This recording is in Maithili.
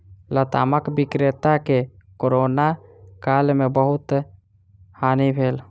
लतामक विक्रेता के कोरोना काल में बहुत हानि भेल